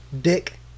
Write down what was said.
Dick